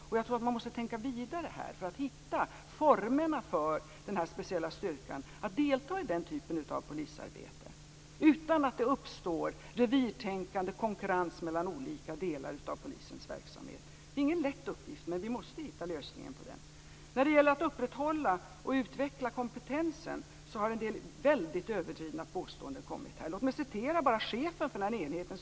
Och jag tror att man måste tänka vidare i detta sammanhang för att hitta formerna för denna speciella styrka att delta i den typen av polisarbete utan att det uppstår revirtänkande och konkurrens mellan olika delar av polisens verksamhet. Det är ingen lätt uppgift, men vi måste hitta lösningen på den. När det gäller att upprätthålla och utveckla kompetensen har en del väldigt överdrivna påståenden kommit här. Låt mig referera vad chefen för denna enhet säger.